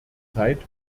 zeit